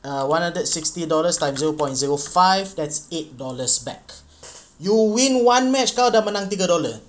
uh one hundred sixty dollars time zero point zero five that's eight dollars back you win one match kau dah menang tiga dollar